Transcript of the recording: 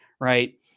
right